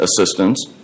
Assistance